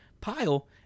pile